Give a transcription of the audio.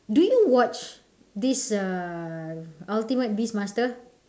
do you watch this uh ultimate beast master